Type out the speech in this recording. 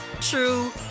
true